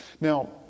Now